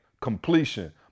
completion